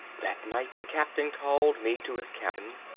that night the captain called me to his cabin.